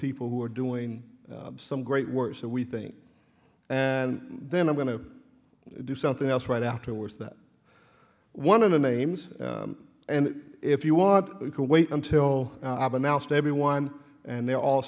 people who are doing some great work so we think and then i'm going to do something else right afterwards that one of the names and if you want you can wait until everyone and they're all